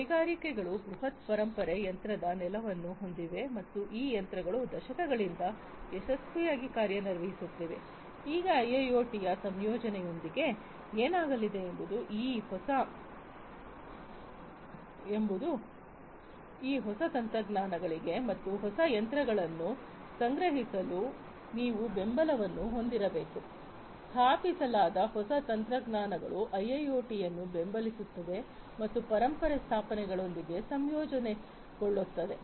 ಕೈಗಾರಿಕೆಗಳು ಬೃಹತ್ ಪರಂಪರೆ ಯಂತ್ರದ ನೆಲೆಯನ್ನು ಹೊಂದಿವೆ ಮತ್ತು ಈ ಯಂತ್ರಗಳು ದಶಕಗಳಿಂದ ಯಶಸ್ವಿಯಾಗಿ ಕಾರ್ಯನಿರ್ವಹಿಸುತ್ತಿವೆ ಈಗ IIoT ಯ ಸಂಯೋಜನೆಯೊಂದಿಗೆ ಏನಾಗಲಿದೆ ಎಂಬುದು ಈ ಹೊಸ ತಂತ್ರಜ್ಞಾನಗಳಿಗೆ ಮತ್ತು ಹೊಸ ಯಂತ್ರಗಳನ್ನು ಸಂಗ್ರಹಿಸಲು ನೀವು ಬೆಂಬಲವನ್ನು ಹೊಂದಿರಬೇಕು ಸ್ಥಾಪಿಸಲಾದ ಹೊಸ ತಂತ್ರಜ್ಞಾನಗಳು IIoT ಅನ್ನು ಬೆಂಬಲಿಸುತ್ತವೆ ಮತ್ತು ಪರಂಪರೆ ಸ್ಥಾಪನೆಗಳೊಂದಿಗೆ ಸಂಯೋಜನೆಗೊಳ್ಳುತ್ತದೆ